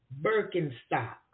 Birkenstock